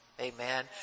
Amen